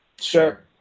Sure